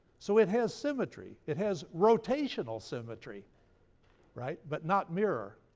so it has symmetry. it has rotational symmetry right? but not mirror